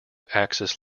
axis